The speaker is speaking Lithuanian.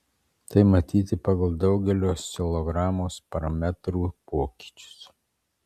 tai matyti pagal daugelio oscilogramos parametrų pokyčius